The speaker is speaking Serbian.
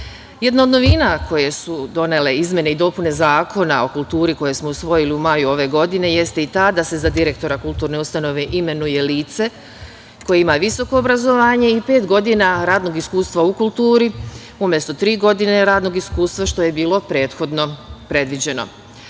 od novina koje su donele izmene i dopune Zakona o kulturi koji smo usvojili u maju ove godine jeste i ta da se za direktora kulturne ustanove imenuje lice koje ima visoko obrazovanje i pet godina radnog iskustva u kulturi, umesto tri godine radnog iskustva, što je bilo prethodno predviđeno. Kako